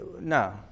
No